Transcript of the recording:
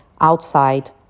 outside